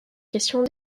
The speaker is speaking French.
questions